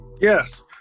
Yes